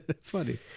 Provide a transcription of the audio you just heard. Funny